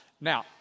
Now